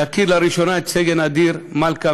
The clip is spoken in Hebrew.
להכיר לראשונה את סגן אדיר מלכה,